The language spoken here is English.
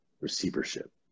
receivership